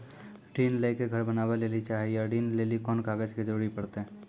ऋण ले के घर बनावे लेली चाहे या ऋण लेली कोन कागज के जरूरी परतै?